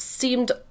seemed